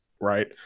Right